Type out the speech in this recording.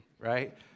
right